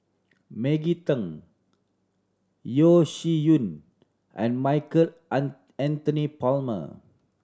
Maggie Teng Yeo Shih Yun and Michael An Anthony Palmer